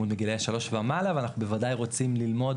בגילאי שלוש ומעלה ואנחנו בוודאי רוצים ללמוד